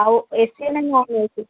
ଆଉ A C M ନ ଅଛିି